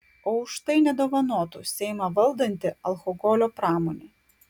o už tai nedovanotų seimą valdanti alkoholio pramonė